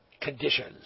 conditions